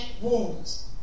wounds